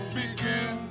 begin